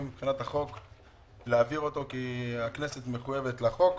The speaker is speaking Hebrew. כי הכנסת מחויבת לחוק.